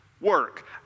work